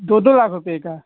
दो दो लाख रुपये का